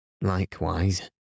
Likewise